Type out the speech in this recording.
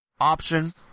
option